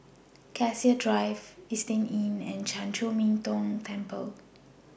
Cassia Drive Istay Inn and Chan Chor Min Tong Temple